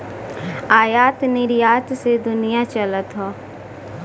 आयात निरयात से दुनिया चलत हौ